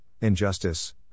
injustice